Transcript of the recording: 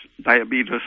diabetes